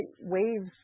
waves